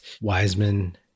Wiseman